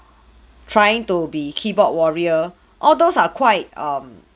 trying to be keyboard warrior all those are quite um